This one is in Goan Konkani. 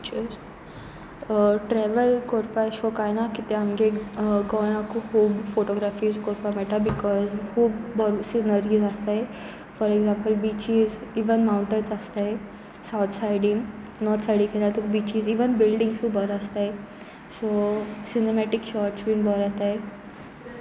ट्रॅवल करपाशो कांय ना कित्याक आमगे गोंयां खूब खूब फोटोग्राफीज करपाक मेळटा बिकॉज खूब बर सिनरीज आसताय for example beaches even mountains आसताय सावत सायडीन नॉर्थ सायडीक केल्यातूक बिचीज इवन बिल्डीिंग्सूय बरो आसताय सो सिनेमेटीक शॉर्ट्स बीन बरो येताय